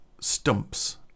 stumps